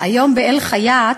היום ב"אל-חיאת"